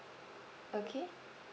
okay